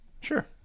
Sure